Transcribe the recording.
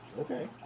Okay